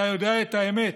אתה יודע את האמת.